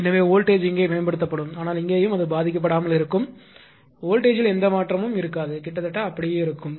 எனவே வோல்டேஜ்இங்கே மேம்படுத்தப்படும் ஆனால் இங்கேயும் அது பாதிக்கப்படாமல் இருக்கும் வோல்டேஜ் த்தில் எந்த மாற்றமும் இருக்காது கிட்டத்தட்ட அப்படியே இருக்கும்